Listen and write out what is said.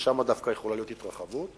ששם דווקא יכולה להיות התרחבות,